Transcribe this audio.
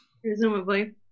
Presumably